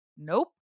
Nope